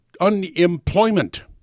unemployment